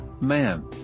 man